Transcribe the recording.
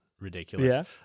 ridiculous